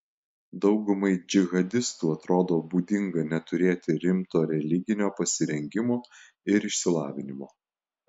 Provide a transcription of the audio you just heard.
daugumai džihadistų atrodo būdinga neturėti rimto religinio pasirengimo ir išsilavinimo